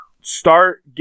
start